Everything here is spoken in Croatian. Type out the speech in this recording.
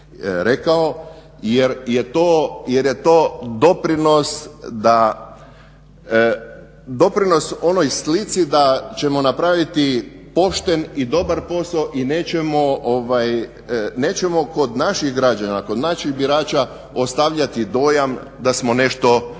rekao jer je to doprinos onoj slici da ćemo napraviti pošten i dobar posao i nećemo kod naših građana, kod naših birača ostavljati dojam da smo nešto zamutili.